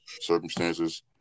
circumstances